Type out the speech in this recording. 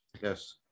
Yes